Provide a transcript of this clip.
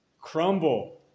crumble